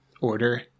order